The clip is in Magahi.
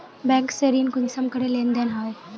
बैंक से ऋण कुंसम करे लेन देन होए?